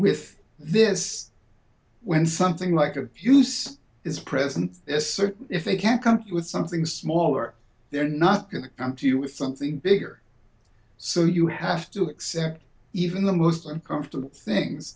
with this when something like a fuse is present it's certain if they can't come up with something smaller they're not going to come to you with something bigger so you have to accept even the most uncomfortable things